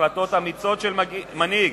החלטות אמיצות של מנהיג.